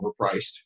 overpriced